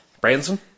Branson